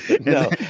No